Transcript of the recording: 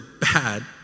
bad